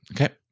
Okay